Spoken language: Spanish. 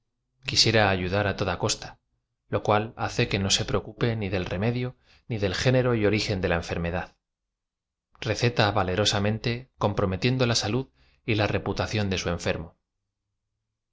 ayudar á toda costa lo cual hace que no be preocupe ni del remedio ni del género y origen de la enfermedad receta valerosamente comprome tiendo la salud y la reputación de su enfermo